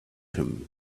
him